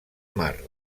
mar